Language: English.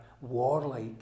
warlike